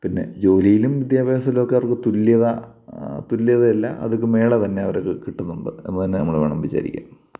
പിന്നെ ജോലിയിലും വിദ്യാഭ്യാസത്തിലുമൊക്കെ അവർക്ക് തുല്യത തുല്യതയല്ല അതുക്കും മേലെ തന്നെ അവർക്ക് കിട്ടുന്നുണ്ട് എന്ന് തന്നെ നമ്മൾ വേണം വിചാരിക്കാൻ